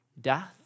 Death